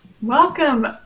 Welcome